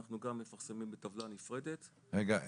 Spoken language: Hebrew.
אנחנו גם מפרסמים בטבלה נפרדת --- רגע,